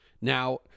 Now